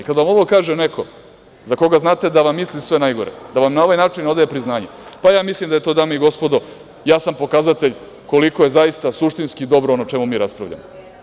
I kada vam ovo kaže neko za koga znate da vam misli sve najgore, da vam na ovaj način odaje priznanje, pa ja mislim da je to dame i gospodo, jasan pokazatelj koliko je zaista suštinski dobro ono o čemu mi raspravljamo.